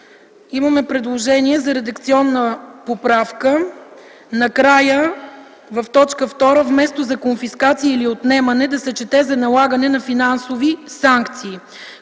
има предложение за редакционна поправка – накрая в т. 2 вместо „за конфискация или отнемане” да се чете „за налагане на финансови санкции”.